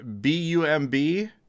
B-U-M-B